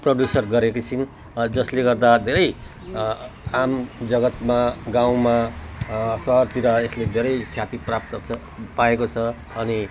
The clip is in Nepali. प्रदर्शन गरेकी छिन् जसले गर्दा धेरै आम जगत्मा गाउँमा सहरतिर यसले धेरै ख्याति प्राप्त छ पाएको छ अनि